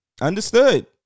understood